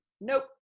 nope